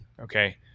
Okay